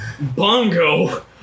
Bongo